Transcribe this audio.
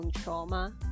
trauma